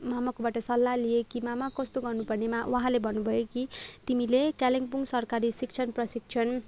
मामाकोबाट सल्लाह लिएँ कि मामा कस्तो गर्नु पर्ने मा उहाँले भन्नुभयो कि तिमीले कालिम्पोङ सरकारी शिक्षण प्रशिक्षण